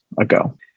ago